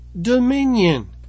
dominion